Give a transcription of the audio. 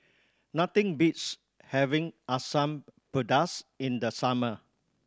nothing beats having Asam Pedas in the summer